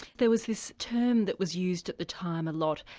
there was this term that was used at the time a lot,